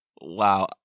wow